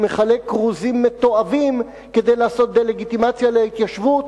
שמחלק כרוזים מתועבים כדי לעשות דה-לגיטימציה להתיישבות.